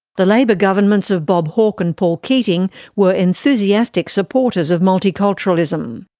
the labor governments of bob hawke and paul keating were enthusiastic supporters of multiculturalism.